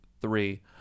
three